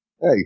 Hey